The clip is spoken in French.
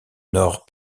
nord